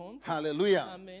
Hallelujah